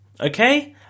Okay